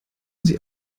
sie